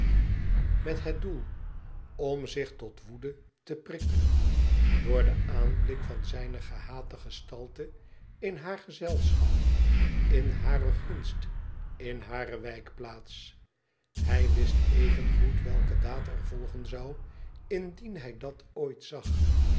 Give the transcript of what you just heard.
doel om zich tot woede te prikkelen door den aanblik van zijne gehate gestalte in baar gezelschap in bare nst inbare wijkplaats hij wist evengoed welke daad er volgen zou indien bij dat ooit zag